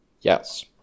Yes